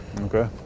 Okay